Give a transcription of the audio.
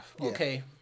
Okay